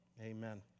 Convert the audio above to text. Amen